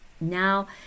Now